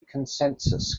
consensus